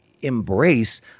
embrace